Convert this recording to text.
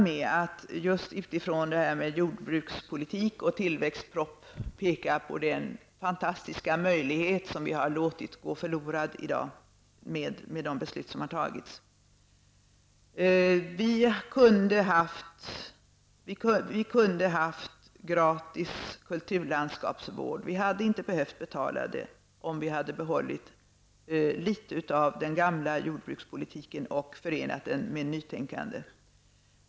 Med utgångssynpunkt i jordbrukspolitik och tillväxtproposition vill jag sluta med att peka på den fantastiska möjlighet som vi har låtit gå förlorad i dag genom de beslut som har fattats. Vi kunde ju ha haft gratis kulturlandskapsvård, vi hade inte behövt betala något, om vi hade behållit litet av den gamla jordbrukspolitiken och förenat den med nytänkande.